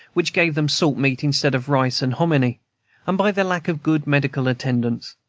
which gave them salt meat instead of rice and hominy and by the lack of good medical attendance.